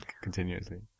continuously